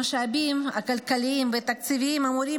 המשאבים הכלכליים והתקציביים אמורים